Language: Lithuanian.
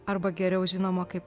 arba geriau žinoma kaip